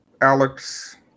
Alex